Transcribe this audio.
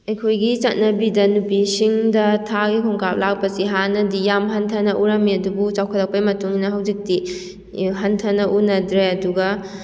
ꯑꯩꯈꯣꯏꯒꯤ ꯆꯠꯅꯕꯤꯗ ꯅꯨꯄꯤꯁꯤꯡꯗ ꯊꯥꯒꯤ ꯈꯣꯡꯀꯥꯞ ꯂꯥꯛꯄꯁꯤ ꯍꯥꯟꯅꯗꯤ ꯌꯥꯝꯅ ꯍꯟꯊꯅ ꯎꯔꯝꯃꯤ ꯑꯗꯨꯕꯨ ꯆꯥꯎꯈꯠꯂꯛꯄꯩ ꯃꯇꯨꯡꯏꯟꯅ ꯍꯧꯖꯤꯛꯇꯤ ꯍꯟꯊꯅ ꯎꯅꯗ꯭ꯔꯦ ꯑꯗꯨꯒ